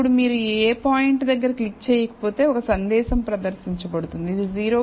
ఇప్పుడు మీరు ఏ పాయింట్ల దగ్గర క్లిక్ చేయకపోతే ఒక సందేశం ప్రదర్శించబడుతుంది ఇది 0